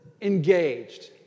engaged